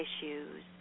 issues